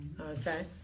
Okay